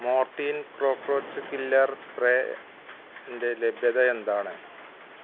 Mortein cockroach killer സ്പ്രേന്റെ ലഭ്യത എന്താണ്